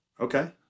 Okay